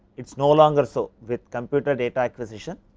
it is no longer so, with computer data acquisition.